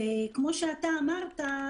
כמו שאתה אמרת,